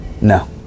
No